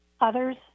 others